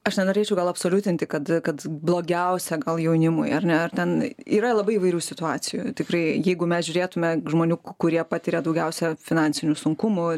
aš nenorėčiau gal absoliutinti kad kad blogiausia gal jaunimui ar ne ar ten yra labai įvairių situacijų tikrai jeigu mes žiūrėtume žmonių kurie patiria daugiausia finansinių sunkumų